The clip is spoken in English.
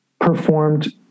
performed